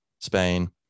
Spain